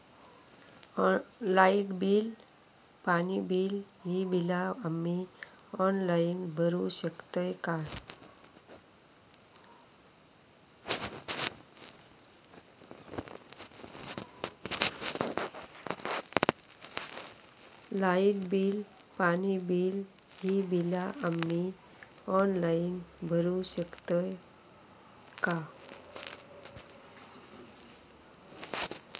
Light bill, पाणी bill, ही बिला आम्ही ऑनलाइन भरू शकतय का?